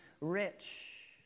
rich